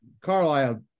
Carlisle